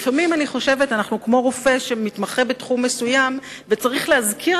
לפעמים אני חושבת שאנחנו כמו רופא שמתמחה בתחום מסוים וצריך להזכיר